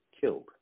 killed